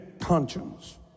conscience